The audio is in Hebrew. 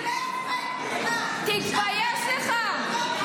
--- כולך פייק --- תתבייש לך.